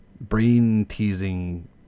brain-teasing